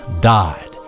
died